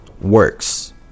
works